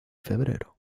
febrero